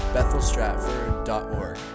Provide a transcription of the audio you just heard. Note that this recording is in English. BethelStratford.org